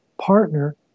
partner